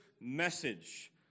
message